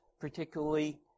particularly